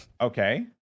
Okay